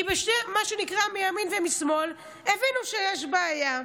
כי, מה שנקרא, בימין ובשמאל הבנו שיש בעיה.